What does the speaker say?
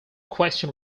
question